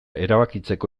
erabakitzeko